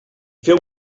feu